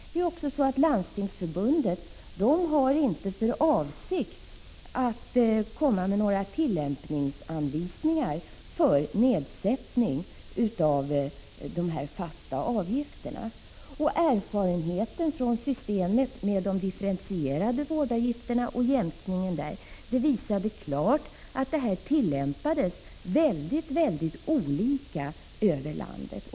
Det är också så att Landstingsförbundet inte har för avsikt att komma med några tillämpningsanvisningar för nedsättning av de fasta avgifterna. Erfarenheterna från systemet med differentierade vårdavgifter och jämkningen där visade klart att tillämpningen var mycket olika över landet.